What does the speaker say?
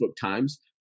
Times